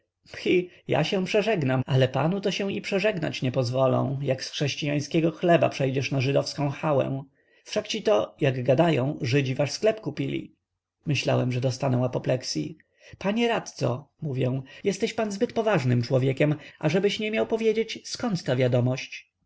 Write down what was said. ja się przeżegnam ale panu to się i przeżegnać nie pozwolą jak z chrześciańskiego chleba przejdziesz na żydowską chałę wszakcito jak gadają żydzi wasz sklep kupili myślałem że dostanę apopleksyi panie radco mówię jesteś pan zbyt poważnym człowiekiem ażebyś nie miał powiedzieć zkąd ta wiadomość